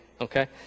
okay